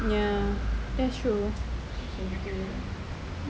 ya that's true